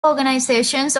organizations